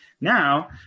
Now